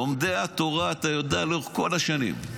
לומדי התורה, אתה יודע, לאורך כל השנים,